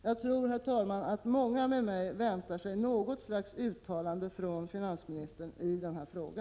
Jag tror att många med mig väntar sig något slags uttalande från finansministern i denna fråga.